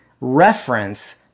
reference